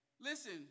Listen